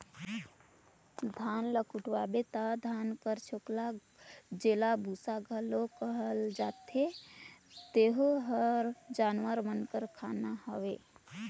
धान ल कुटवाबे ता धान कर छोकला जेला बूसा घलो कहल जाथे तेहू हर जानवर मन कर खाना हवे